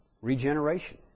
Regeneration